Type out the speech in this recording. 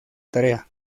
tarea